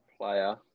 player